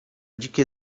dzikie